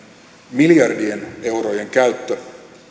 miljardien eurojen käyttö